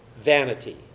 vanity